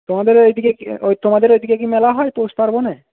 তোমাদের ওইদিকে তোমাদের ওইদিকে কি মেলা হয় পৌষ পার্বনে